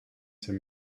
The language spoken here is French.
ces